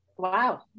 wow